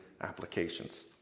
applications